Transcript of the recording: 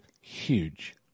huge